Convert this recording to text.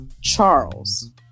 Charles